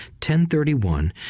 1031